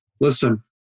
Listen